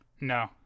No